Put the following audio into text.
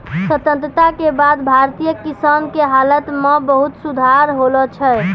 स्वतंत्रता के बाद भारतीय किसान के हालत मॅ बहुत सुधार होलो छै